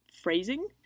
phrasing